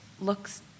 looks